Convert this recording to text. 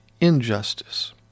injustice